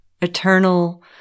eternal